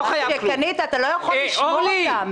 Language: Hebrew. אחרי שקנית אתה לא יכול לשמור אותו.